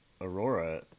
Aurora